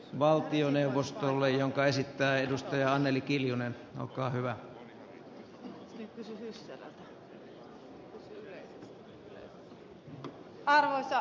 valtioneuvostolle jonka esittää edustaja anneli arvoisa herra puhemies